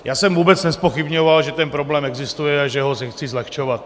Já jsem vůbec nezpochybňoval, že ten problém existuje a že ho zlehčovat.